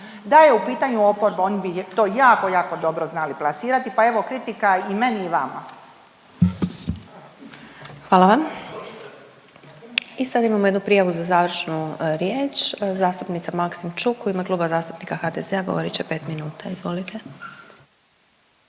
Da je u pitanju oporba oni bi to jako, jako dobro znali plasirati, pa evo kritika i meni i vama. **Glasovac, Sabina (SDP)** Hvala vam. I sad imamo jednu prijavu za završnu riječ, zastupnica Maksimčuk u ime Kluba HDZ-a govorit će 5 minuta, izvolite.